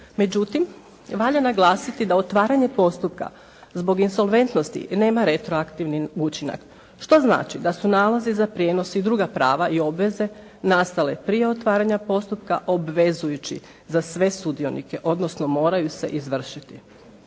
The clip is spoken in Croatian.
Međutim valja naglasiti da otvaranje postupka zbog insolventnosti nema retroaktivni učinak što znači da su nalozi za prijenos i druga prava i obveze nastale prije otvaranja postupka obvezujući za sve sudionike odnosno moraju se izvršiti.